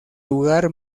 lugar